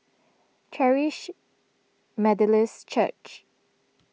Charis Methodist Church